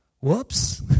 Whoops